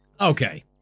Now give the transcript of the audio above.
Okay